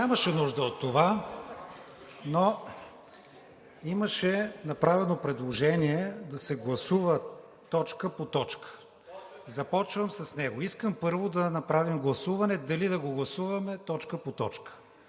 нямаше нужда от това, но имаше направено предложение да се гласува точка по точка – започвам с него. Искам първо да направим гласуване дали да го гласуваме точка по точка,